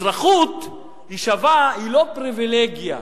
אזרחות היא לא פריווילגיה,